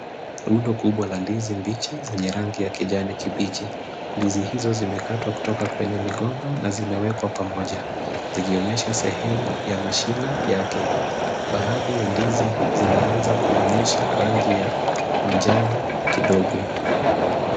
Rundo kubwa la ndizi mbichi zenye rangi ya kijani kibichi. Ndizi hizo zimekatwa kutoka kwenye migomba na zimewekwa pamoja zikionyesha sehemu ya mashina yake. Baadhi ya ndizi zinaanza kuonyesha rangi ya manjano kidogo.